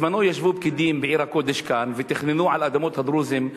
בזמנו ישבו פקידים בעיר הקודש כאן ותכננו על אדמות הדרוזים.